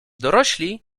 dorośli